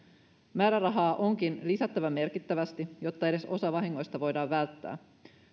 määrärahaa onkin lisättävä merkittävästi jotta edes osa vahingoista voidaan välttää